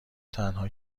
تنها